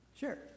Sure